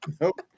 nope